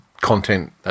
content